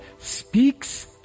speaks